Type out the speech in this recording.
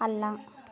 ಅಲ್ಲ